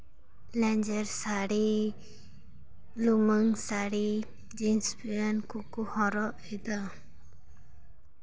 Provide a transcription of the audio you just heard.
ᱞᱮᱸᱧᱡᱮᱨ ᱥᱟᱹᱲᱤ ᱞᱩᱢᱟᱹᱝ sari jeans pant ᱠᱚᱠᱚ ᱦᱚᱨᱚᱜ ᱮᱫᱟ